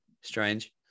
strange